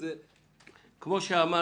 כמו שאמר